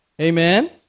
Amen